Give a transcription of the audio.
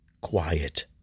Quiet